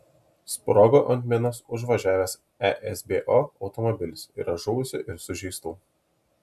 sprogo ant minos užvažiavęs esbo automobilis yra žuvusių ir sužeistų